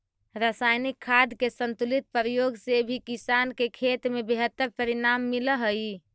रसायनिक खाद के संतुलित प्रयोग से भी किसान के खेत में बेहतर परिणाम मिलऽ हई